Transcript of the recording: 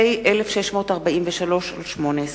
פ/1643/18.